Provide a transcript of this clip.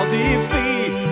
defeat